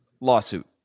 lawsuit